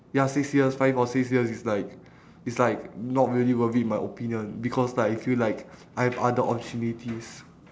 ya six years five or six years it's like it's like not really worth it in my opinion because like I feel like I've other opportunities